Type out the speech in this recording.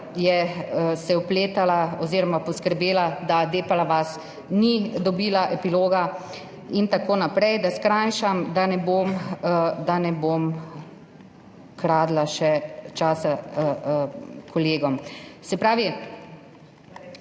se je vpletala oziroma poskrbela, da Depala vas ni dobila epiloga in tako naprej. Da skrajšam, da ne bom kradla časa kolegom. Se pravi,